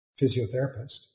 physiotherapist